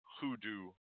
hoodoo